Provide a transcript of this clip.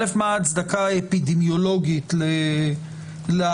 הראשונה מה ההצדקה האפידמיולוגית להכרזה?